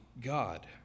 God